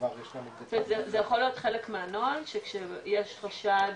כבר יש --- זה יכול להיות חלק מהנוהל שכשיש חשד